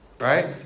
Right